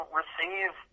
receive